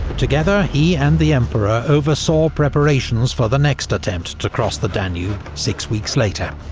together, he and the emperor oversaw preparations for the next attempt to cross the danube six weeks later.